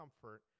comfort